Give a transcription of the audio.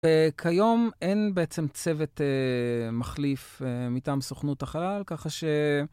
וכיום אין בעצם צוות מחליף מטעם סוכנות החלל, ככה ש...